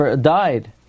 died